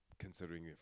Considering